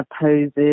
poses